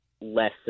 less